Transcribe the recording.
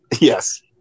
Yes